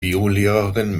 biolehrerin